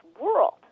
world